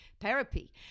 therapy